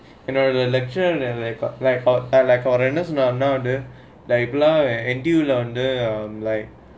in our lecture and like uh like foreigners and now uh now they're until under